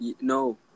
no